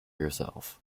yourself